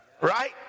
right